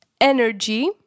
Energy